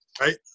right